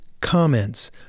comments